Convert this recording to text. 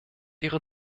ihre